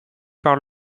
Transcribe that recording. par